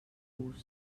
gust